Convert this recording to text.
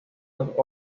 dos